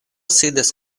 sidas